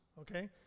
Okay